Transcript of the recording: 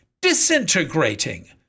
disintegrating